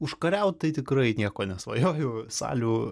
užkariaut tai tikrai nieko nesvajoju salių